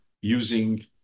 using